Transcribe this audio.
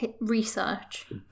research